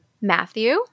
Matthew